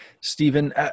Stephen